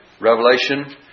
Revelation